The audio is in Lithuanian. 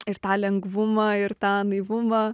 ir tą lengvumą ir tą naivumą